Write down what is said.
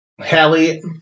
Hallie